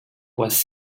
was